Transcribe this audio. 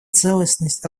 целостность